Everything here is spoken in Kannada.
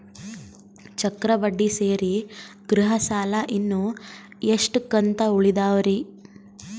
ಚಕ್ರ ಬಡ್ಡಿ ಸೇರಿ ಗೃಹ ಸಾಲ ಇನ್ನು ಎಷ್ಟ ಕಂತ ಉಳಿದಾವರಿ?